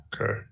Okay